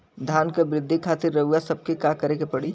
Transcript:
धान क वृद्धि खातिर रउआ सबके का करे के पड़ी?